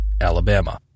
Alabama